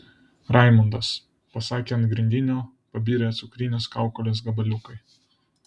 raimundas pasakė ant grindinio pabirę cukrines kaukolės gabaliukai